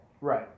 Right